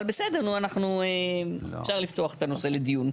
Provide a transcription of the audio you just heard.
אבל, בסדר נו, אפשר לפתוח את הנושא לדיון.